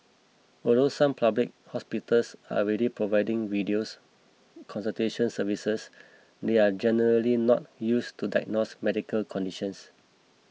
although some public hospitals are already providing videos consultations services they are generally not used to diagnose medical conditions